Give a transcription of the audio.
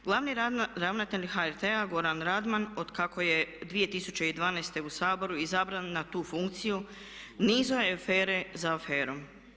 Glavni ravnatelj HRT-a Goran Radman otkako je 2012. u Saboru izabran na tu funkciju nizao je afere za aferom.